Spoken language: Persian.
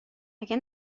اگه